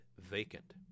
vacant